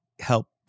help